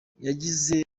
yagize